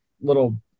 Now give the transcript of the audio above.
little